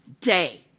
day